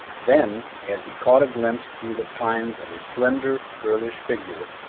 then, as he caught a glimpse through the pines of a slender, girlish figure,